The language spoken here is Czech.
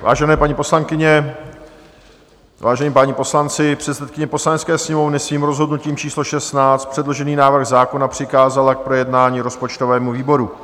Vážené paní poslankyně, vážení páni poslanci, předsedkyně Poslanecké sněmovny svým rozhodnutím číslo 16 předložený návrh zákona přikázala k projednání rozpočtovému výboru.